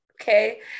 okay